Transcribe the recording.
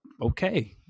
okay